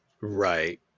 right